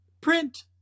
print